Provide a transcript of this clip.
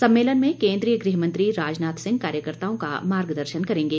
सम्मेलन में केंद्रीय गृह मंत्री राजनाथ सिंह कार्यकर्त्ताओं का मार्गदर्शन करेंगे